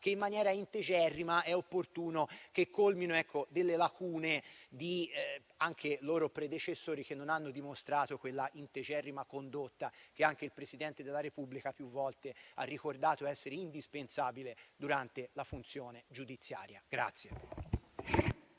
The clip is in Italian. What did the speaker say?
che, in maniera integerrima, è opportuno che colmino delle lacune anche di loro predecessori che non hanno dimostrato quella integerrima condotta che anche il Presidente della Repubblica più volte ha ricordato essere indispensabile nell'esercizio della funzione giudiziaria.